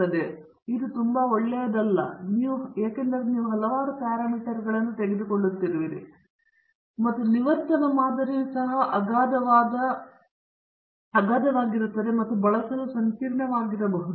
ಆದರೆ ಇದು ತುಂಬಾ ಒಳ್ಳೆಯದು ಅಲ್ಲ ಏಕೆಂದರೆ ನೀವು ಹಲವಾರು ಪ್ಯಾರಾಮೀಟರ್ಗಳನ್ನು ತೆಗೆದುಕೊಳ್ಳುತ್ತಿರುವಿರಿ ಮತ್ತು ನಿವರ್ತನ ಮಾದರಿಯು ಸಹ ಅಗಾಧವಾದ ಮತ್ತು ಬಳಸಲು ಸಂಕೀರ್ಣವಾಗಬಹುದು